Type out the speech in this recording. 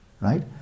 Right